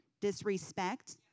disrespect